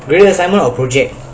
assignments or project